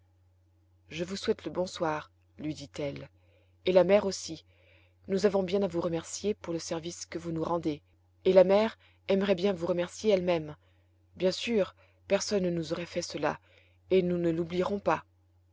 je vous souhaite le bonsoir lui dit-elle et la mère aussi nous avons bien à vous remercier pour le service que vous nous rendez et la mère aimerait bien vous remercier elle-même bien sûr personne ne nous aurait fait cela et nous ne l'oublierons pas